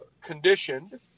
conditioned